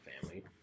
family